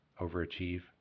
overachieve